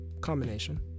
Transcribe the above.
combination